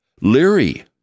Leary